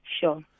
Sure